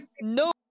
no